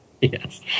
Yes